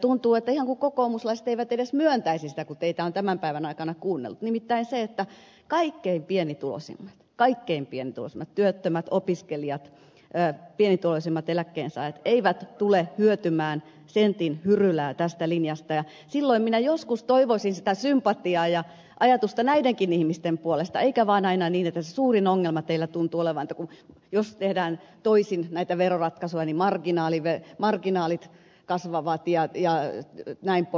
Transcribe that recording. tuntuu ihan kuin kokoomuslaiset eivät edes myöntäisi sitä kun teitä on tämän päivän aikana kuunnellut on se että kaikkein pienituloisimmat kaikkein pienituloisimmat työttömät opiskelijat pienituloisimmat eläkkeensaajat eivät tule hyötymään sentin hyrylää tästä linjasta ja silloin minä joskus toivoisin sitä sympatiaa ja ajatusta näidenkin ihmisten puolesta eikä vaan aina niin että se suurin ongelma teillä tuntuu olevan että jos tehdään toisin näitä veroratkaisuja niin marginaalit kasvavat jnp